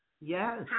Yes